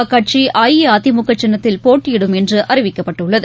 அக்கட்சி அஇஅதிமுக சின்னத்தில் போட்டியிடும் என்று அறிவிக்கப்பட்டுள்ளது